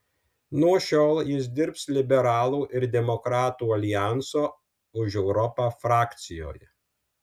nuo šiol jis dirbs liberalų ir demokratų aljanso už europą frakcijoje